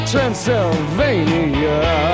Transylvania